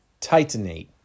titanate